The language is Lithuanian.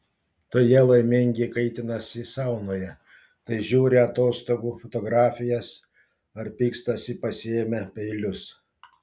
tai jie laimingi kaitinasi saunoje tai žiūri atostogų fotografijas ar pykstasi pasiėmę peilius